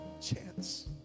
chance